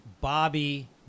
Bobby